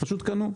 פשוט קנו.